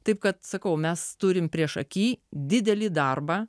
taip kad sakau mes turim priešaky didelį darbą